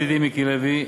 ידידי מיקי לוי,